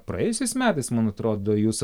praėjusiais metais man atrodo jūs